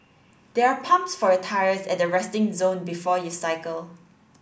there are pumps for your tyres at the resting zone before you cycle